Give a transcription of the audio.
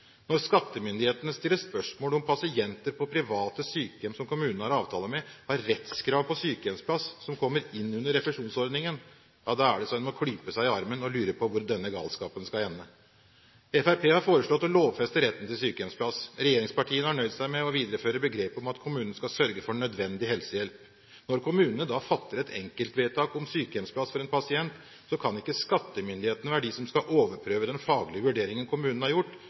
Når skattemyndighetene stiller spørsmål om hvorvidt pasienter på private sykehjem som kommunen har avtale med, har rettskrav på sykehjemsplass som kommer inn under refusjonsordningen, er det så en må klype seg i armen og lure på hvor denne galskapen skal ende. Fremskrittspartiet har foreslått å lovfeste retten til sykehjemsplass, regjeringspartiene har nøyd seg med å videreføre begrepet om at kommunene skal sørge for nødvendig helsehjelp. Når kommunene da fatter et enkeltvedtak om sykehjemsplass for en pasient, kan ikke skattemyndighetene være de som skal overprøve den faglige vurderingen kommunen har gjort,